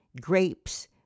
grapes